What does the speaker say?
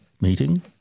meeting